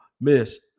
miss